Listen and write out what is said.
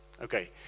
Okay